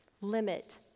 limit